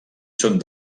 són